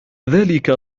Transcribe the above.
ذلك